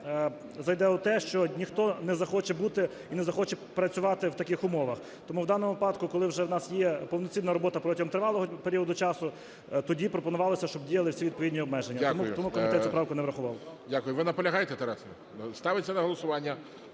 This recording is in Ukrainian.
зайде у те, що ніхто не захоче бути і не захоче працювати в таких умовах. Тому в даному випадку, коли вже у нас є повноцінна робота протягом тривалого періоду часу, тоді пропонувалось, щоб діяли всі відповідні обмеження. Тому комітет цю правку не врахував. ГОЛОВУЮЧИЙ. Дякую, дякую. Ви наполягаєте, Тарасе? Ставиться на голосування